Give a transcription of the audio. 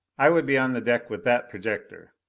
i would be on the deck with that projector.